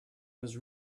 was